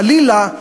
חלילה,